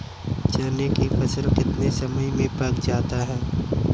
चने की फसल कितने समय में पक जाती है?